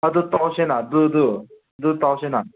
ꯑꯗꯨ ꯇꯧꯁꯤꯅ ꯑꯗꯨꯗꯨ ꯑꯗꯨ ꯇꯧꯁꯤꯅ